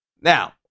Now